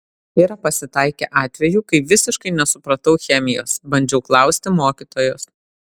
yra pasitaikę atvejų kai visiškai nesupratau chemijos bandžiau klausti mokytojos